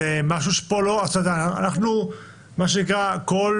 אנחנו לא הגענו